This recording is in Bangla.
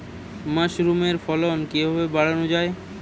মাসরুমের ফলন কিভাবে বাড়ানো যায়?